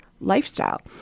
Lifestyle